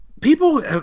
people